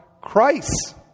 Christ